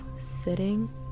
sitting